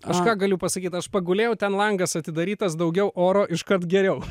aš ką galiu pasakyt aš pagulėjau ten langas atidarytas daugiau oro iškart geriau